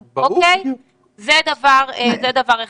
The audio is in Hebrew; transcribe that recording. זה דבר אחד.